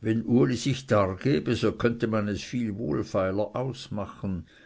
wenn uli sich dargebe so könne man es viel wohlfeiler ausmachen